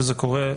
וזה קורה,